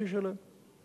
שישלם.